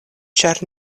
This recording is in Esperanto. ĉar